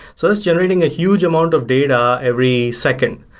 so its generating a huge amount of data every second.